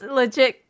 legit